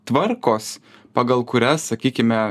tvarkos pagal kurias sakykime